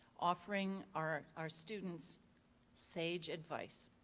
offering our our students sage advice.